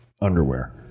underwear